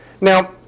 Now